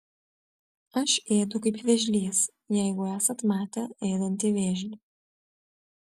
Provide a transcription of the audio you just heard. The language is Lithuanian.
aš ėdu kaip vėžlys jeigu esat matę ėdantį vėžlį